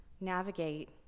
navigate